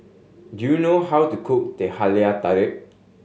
do you know how to cook Teh Halia Tarik